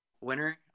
winner